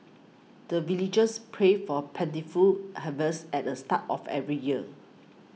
the villagers pray for plentiful harvest at the start of every year